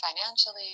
financially